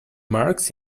marks